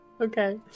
okay